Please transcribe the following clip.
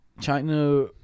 China